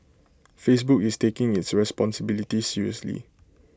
Facebook is taking its responsibility seriously